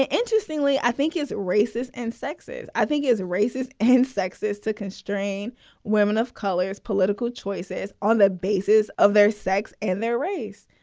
interestingly, i think is racist and sexist. i think is a racist and sexist to constrain women of color as political choices on the basis of their sex and their race.